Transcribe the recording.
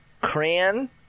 Cran